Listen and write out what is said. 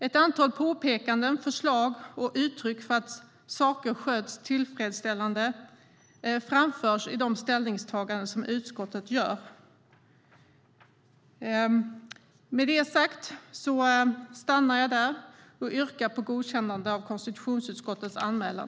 Ett antal påpekanden, förslag och uttryck för att saker sköts tillfredsställande framförs i de ställningstaganden som utskottet gör. Med det sagt stannar jag och yrkar på godkännande av utskottets anmälan.